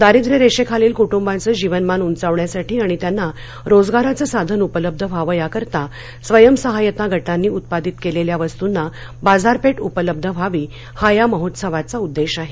दारिद्रय रेषेखालील कुट्रांचं जीवनमान उंचविण्यासाठी आणि त्यांना रोजगाराचं साधन उपलब्ध व्हावं याकरिता स्वयंसहाय्यता गानी उत्पादित केलेल्या वस्तूंना बाजारपेठ उपलब्ध व्हावी हा या महोत्सवाचा उद्येश आहे